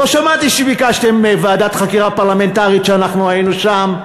לא שמעתי שביקשתם ועדת חקירה פרלמנטרית כשאנחנו היינו שם,